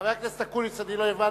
חבר הכנסת אקוניס, אני לא הבנתי.